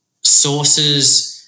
sources